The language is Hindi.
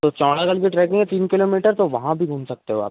तो चौड़ागढ़ की ट्रैकिंग है तीन किलोमीटर तो वहाँ भी घूम सकते हो आप